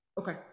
okay